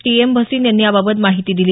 T M Bhasin यांनी याबाबत माहिती दिली